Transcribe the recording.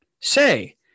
say